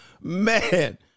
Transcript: Man